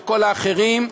ולכל לאחרים,